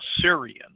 Syrian